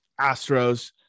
Astros